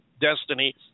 destiny